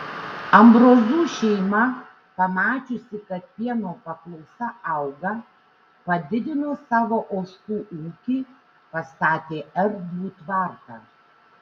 ambrozų šeima pamačiusi kad pieno paklausa auga padidino savo ožkų ūkį pastatė erdvų tvartą